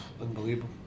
Unbelievable